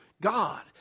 God